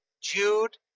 Jude